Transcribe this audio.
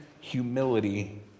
humility